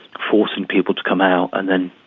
forcing people to come out and then,